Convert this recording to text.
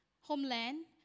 homeland